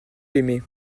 aimé